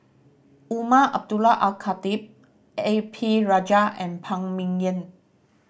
Umar Abdullah Al Khatib A P Rajah and Phan Ming Yen